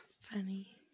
Funny